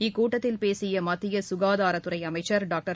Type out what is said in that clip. இக்கூட்டத்தில் பேசியமத்தியசுகாதாரத்துறைஅமைச்சர் டாக்டர்